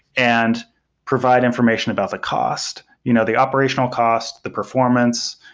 and provide information about the cost, you know the operational cost, the performance,